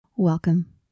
Welcome